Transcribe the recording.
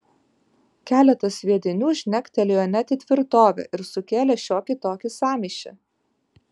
keletas sviedinių žnegtelėjo net į tvirtovę ir sukėlė šiokį tokį sąmyšį